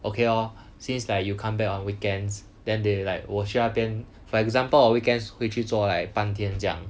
okay lor since like you come back on weekends then they like 我去那边 for example 我 weekends 回去做 like 半天这样